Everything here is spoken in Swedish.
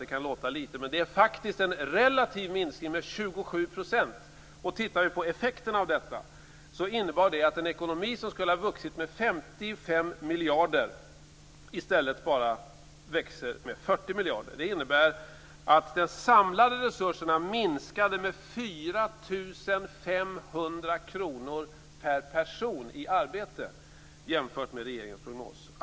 Det kan låta lite, men det är faktiskt en relativ minskning med 27 %. Effekterna av detta är att den ekonomi som skulle ha vuxit med 55 miljarder i stället bara växer med 40 miljarder. Det innebär att de samlade resurserna minskade med 4 500 kr per person i arbete jämfört med regeringens prognos.